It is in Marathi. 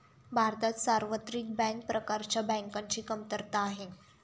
भारतात सार्वत्रिक बँक प्रकारच्या बँकांची कमतरता आहे